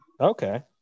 Okay